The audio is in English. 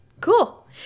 cool